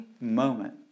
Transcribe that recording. moment